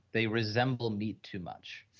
they resemble meat too much.